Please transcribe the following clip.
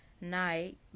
night